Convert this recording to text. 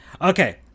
Okay